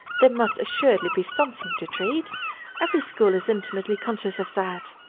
there must assuredly be something to treat every school is intimately conscious of that.